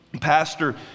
pastor